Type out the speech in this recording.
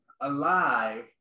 alive